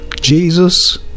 Jesus